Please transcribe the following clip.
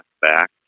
back